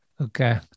Okay